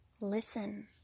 listen